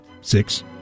six